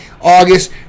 August